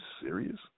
serious